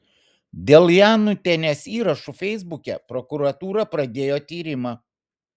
dėl janutienės įrašų feisbuke prokuratūra pradėjo tyrimą